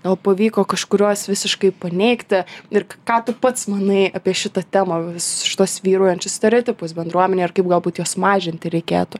gal pavyko kažkuriuos visiškai paneigti ir k ką tu pats manai apie šitą temą visus šituos vyraujančius stereotipus bendruomenėje ar kaip galbūt juos mažinti reikėtų